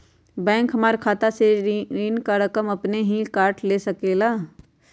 Bank हमार खाता से ऋण का रकम अपन हीं काट ले सकेला?